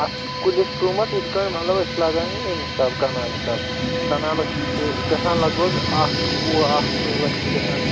اَتھ چھِنہٕ کُلِس قۭمَتھ یِتھٕ پٲٹھۍ مطلب أسۍ چھِ لگان یہِ ییٚمہِ حِساب کَنال حِساب کَنالَس چھِ گژھان لگ بگ اَکھ وُہ اَکھ تٕرٛہ لَچھ تہِ گژھان